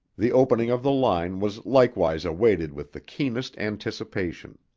the opening of the line was likewise awaited with the keenest anticipation.